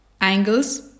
angles